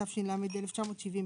התש"ל-1970,